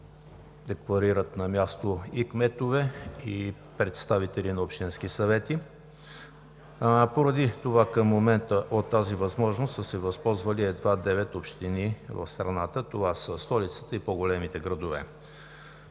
декларират на място и кметове и представители на общински съвети, поради това към момента от тази възможност са се възползвали едва 9 общини в страната – столицата и по-големите градове.